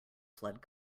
flood